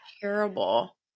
terrible